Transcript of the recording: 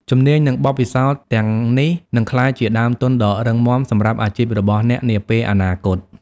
ជំនាញ និងបទពិសោធន៍ទាំងនេះនឹងក្លាយជាដើមទុនដ៏រឹងមាំសម្រាប់អាជីពរបស់អ្នកនាពេលអនាគត។